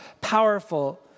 Powerful